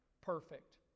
perfect